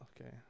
Okay